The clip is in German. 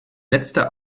letzte